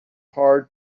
hard